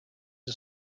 are